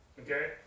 Okay